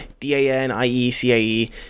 d-a-n-i-e-c-a-e